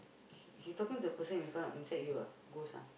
he he talking to the person in front inside you ah ghost ah